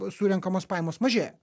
surenkamos pajamos mažėja